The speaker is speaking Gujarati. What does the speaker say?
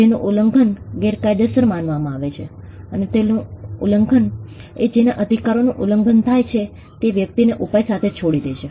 જેનું ઉલ્લંઘન ગેરકાયદેસર માનવામાં આવે છે અને તેનું ઉલ્લંઘન એ જેના અધિકારનુ ઉલ્લંઘન થાય છે તે વ્યક્તિને ઉપાય સાથે છોડી દે છે